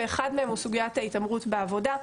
ואחד מהם הוא סוגית ההתעמרות בעבודה.